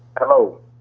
hello.